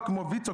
מעונות כמו ויצו,